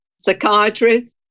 psychiatrists